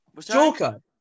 Joker